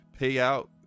payout